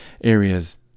areas